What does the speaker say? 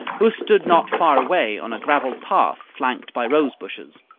who stood not far away on a gravelled path flanked by rose bushes.